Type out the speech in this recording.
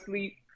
sleep